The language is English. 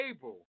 able